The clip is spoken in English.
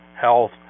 health